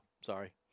Sorry